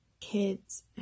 kids